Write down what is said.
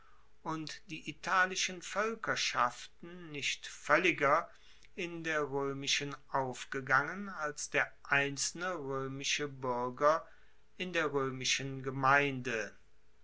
und die italischen voelkerschaften nicht voelliger in der roemischen aufgegangen als der einzelne roemische buerger in der roemischen gemeinde